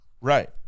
Right